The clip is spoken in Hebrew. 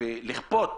ולכפות